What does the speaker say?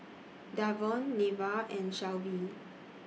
Davon Nira and Shelvie